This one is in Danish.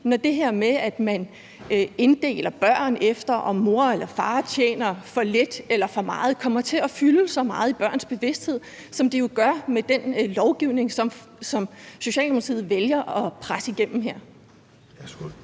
når det her med, at man inddeler børn efter, hvad mor og far tjener – for lidt eller for meget – kommer til at fylde så meget i børns bevidsthed, som det jo gør med den lovgivning, som Socialdemokratiet vælger at presse igennem her?